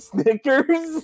Snickers